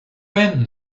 end